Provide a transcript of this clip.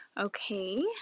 Okay